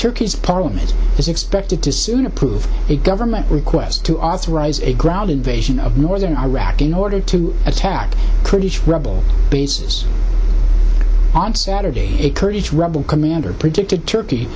turkey's parliament is expected to soon approve a government request to authorize a ground invasion of northern iraq in order to attack pretty troubled bases on saturday a kurdish rebel commander predicted turkey